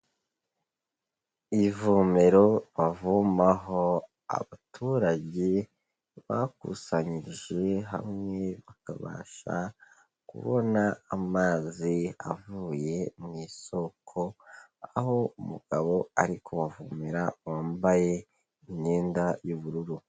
Ivomero bavomaho abaturage bakusanyirije hamwe bakabasha kubona amazi avuye mu isoko, aho umugabo ari kubavomera wambaye imyenda y'ubururu.